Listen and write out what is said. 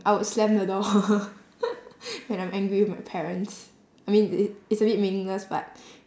I would slam the door when I'm angry with my parents I mean it it's a bit meaningless but